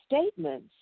statements